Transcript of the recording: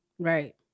right